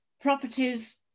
properties